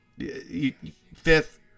fifth